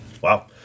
Wow